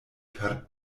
per